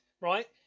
right